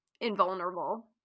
invulnerable